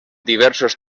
diversos